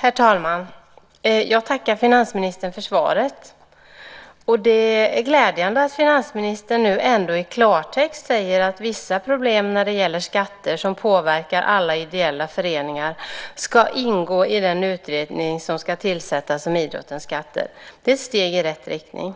Herr talman! Jag tackar finansministern för svaret. Det är glädjande att finansministern i klartext säger att vissa problem med skatter som påverkar alla ideella föreningar ska ingå i den utredning som ska tillsättas om idrottens skattesituation. Det är ett steg i rätt riktning.